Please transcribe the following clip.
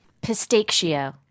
Pistachio